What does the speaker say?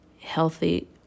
healthy